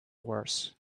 worse